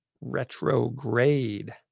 retrograde